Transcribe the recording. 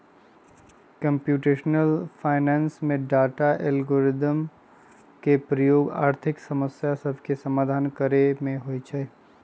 computational finance में data, algorithm के प्रयोग आर्थिक समस्या सभके समाधान करे में होइ छै